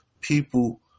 people